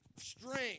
strength